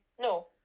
no